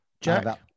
Jack